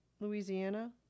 Louisiana